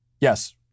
Yes